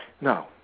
No